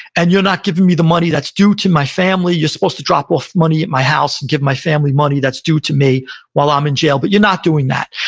and you're not giving me the money that's due to my family. you're supposed to drop off money at my house and give my family money that's due to me while i'm in jail, but you're not doing that.